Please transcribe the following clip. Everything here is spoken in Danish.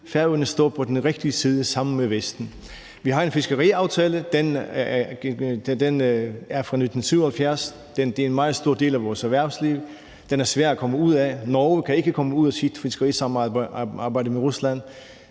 Færøerne står på den rigtige side sammen med Vesten. Vi har en fiskeriaftale. Den er fra 1977. Det er en meget stor del af vores erhvervsliv; den er svær at komme ud af. Norge kan ikke komme ud af sit fiskerisamarbejde med Rusland.